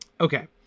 Okay